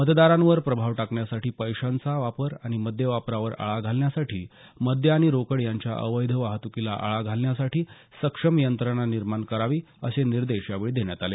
मतदारांवर प्रभाव टाकण्यासाठी पैशांचा वापर आणि मद्य वापरावर आळा घालण्यासाठी मद्य आणि रोकड यांच्या अवैध वाहतुकीला आळा घालण्यासाठी सक्षम यंत्रणा निर्माण करावी असे निर्देश यावेळी देण्यात आले